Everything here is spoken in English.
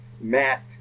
Matt